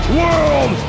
world